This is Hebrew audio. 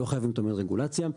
לא חייבים תמיד רגולציה.